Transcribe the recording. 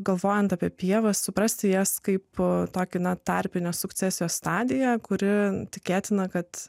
galvojant apie pievas suprasti jas kaip tokį na tarpine sukcesijos stadija kuri tikėtina kad